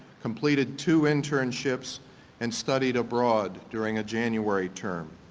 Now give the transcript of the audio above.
completed two internships and studied abroad during a january term.